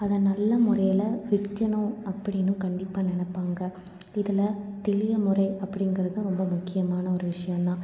அதை நல்ல முறையில் விற்கனும் அப்படினும் கண்டிப்பாக நினைப்பாங்க இதில் தெளிய முறை அப்படிங்கிறதும் ரொம்ப முக்கியமான ஒரு விஷ்யோம்தான்